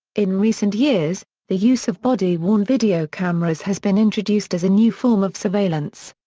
in recent years, the use of body worn video cameras has been introduced as a new form of surveillance.